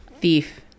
Thief